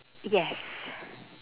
yes